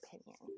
opinion